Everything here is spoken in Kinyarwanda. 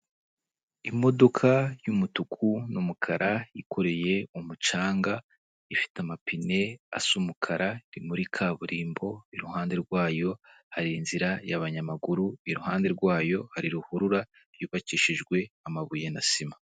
Imodoka y’umutuku n'umukara yikoreye umucanga ifite amapine asa umukara, iri muri kaburimbo iruhande rwayo hari inzira y’abanyamaguru, iruhande rwayo hari ruhurura yubakishijwe amabuye na sima.